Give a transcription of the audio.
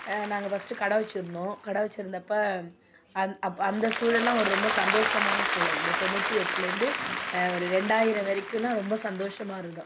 நாங்கள் ஃபஸ்ட்டு கடை வச்சுருந்தோம் கடை வச்சுருந்தப்ப அந்த அப்போ அந்த சூழல்லலாம் ஒரு ரொம்ப சந்தோஷமான சூழல் இந்த தொண்ணூற்றி எட்டுலேருந்து ஒரு ரெண்டாயிரம் வரைக்கும்லாம் ரொம்ப சந்தோஷமாக இருந்தோம்